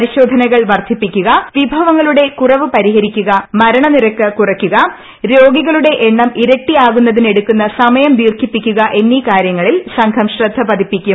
പരിശോധനകൾ വർദ്ധിപ്പിക്കുക വിഭവങ്ങളുടെ കൂറവ് പരിഹരിക്കുക മരണനിരക്ക് കുറയ്ക്കുക രോഗികളുടെ എണ്ണം ഇരട്ടിയാകുന്നതിനെടുക്കുന്ന സമയം ദീർഘിപ്പിക്കുക എന്നീ കാരൃങ്ങളിൽ സംഘം ശ്രദ്ധ പതിപ്പിക്കും